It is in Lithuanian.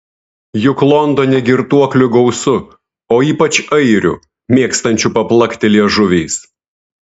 juk londone girtuoklių gausu o ypač airių mėgstančių paplakti liežuviais